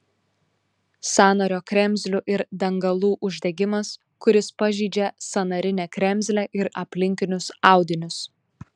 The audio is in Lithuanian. sąnario kremzlių ir dangalų uždegimas kuris pažeidžia sąnarinę kremzlę ir aplinkinius audinius